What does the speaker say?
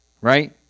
right